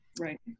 Right